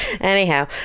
Anyhow